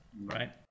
right